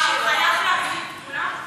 אה, הוא חייב להגיד את כולם?